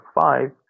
five